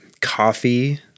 Coffee